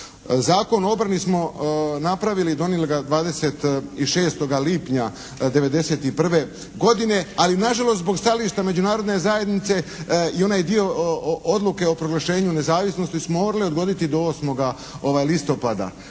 Zakon o obrani smo napravili i donijeli ga 26. lipnja '91. godine ali na žalost zbog stajališta Međunarodne zajednice i onaj dio odluke o proglašenju nezavisnosti smo morali odgoditi do 8. listopada,